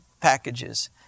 packages